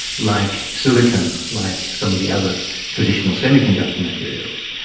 like silicon, like some of the other traditional semiconductor materials.